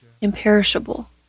imperishable